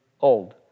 old